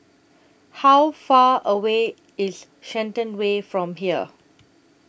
How Far away IS Shenton Way from here